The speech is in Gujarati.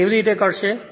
આ કેવી રીતે કરશે